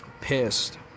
pissed